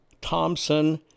Thompson